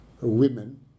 women